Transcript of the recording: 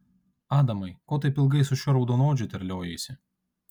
adamai ko taip ilgai su šiuo raudonodžiu terliojaisi